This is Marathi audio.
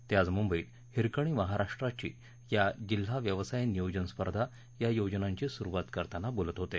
ते आज मुंबईत हिरकणी महाराष्ट्राची आणि जिल्हा व्यवसाय नियोजन स्पर्धा या योजनांची सुरुवात करताना बोलत होते